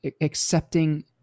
accepting